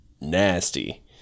nasty